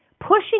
pushing